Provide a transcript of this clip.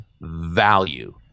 value